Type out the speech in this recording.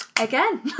again